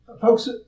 Folks